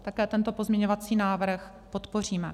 Také tento pozměňovací návrh podpoříme.